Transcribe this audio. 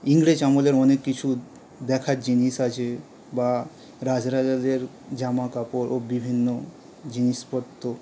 ইংরেজ আমলের অনেক কিছু দেখার জিনিস আছে বা রাজ রাজাদের জামাকাপড় ও বিভিন্ন জিনিসপত্র